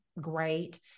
great